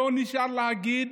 לא נשאר להגיד